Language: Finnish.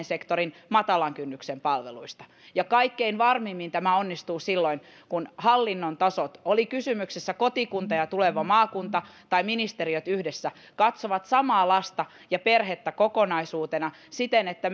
sektorin matalan kynnyksen palveluista kaikkein varmimmin tämä onnistuu silloin kun hallinnon tasot oli kysymyksessä kotikunta ja tuleva maakunta tai ministeriöt yhdessä katsovat samaa lasta ja perhettä kokonaisuutena siten että